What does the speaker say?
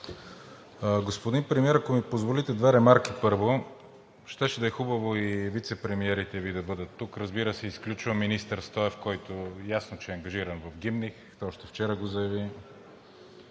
Господин Премиер, ако ми позволите, две ремарки първо. Щеше да е хубаво и вицепремиерите Ви да бъдат тук. Разбира се, изключвам министър Стоев, който ясно, че е ангажиран в „Гимних“, още вчера го заяви.